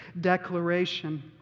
declaration